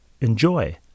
enjoy